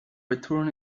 return